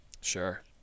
Sure